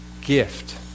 gift